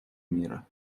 мира